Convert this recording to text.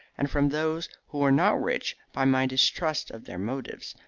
and from those who are not rich by my distrust of their motives,